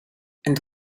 and